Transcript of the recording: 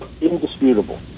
indisputable